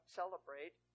celebrate